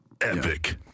Epic